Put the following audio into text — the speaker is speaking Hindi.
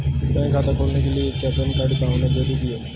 बैंक खाता खोलने के लिए क्या पैन कार्ड का होना ज़रूरी है?